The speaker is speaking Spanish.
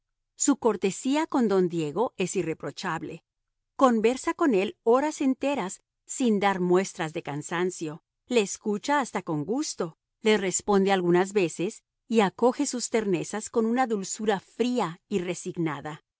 su cortesía con don diego es irreprochable conversa con él horas enteras sin dar muestras de cansancio le escucha hasta con gusto le responde algunas veces y acoge sus ternezas con una dulzura fría y resignada